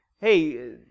hey